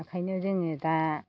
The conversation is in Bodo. ओंखायनो जोङो दा